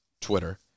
Twitter